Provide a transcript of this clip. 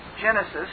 Genesis